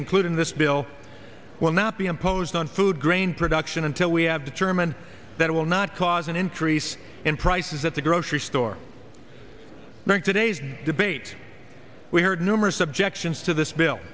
include in this bill will not be imposed on food grain production until we have determined that it will not cause an increase in prices at the grocery store bank today's debate we heard numerous objections to this bill